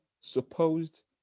supposed